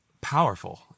powerful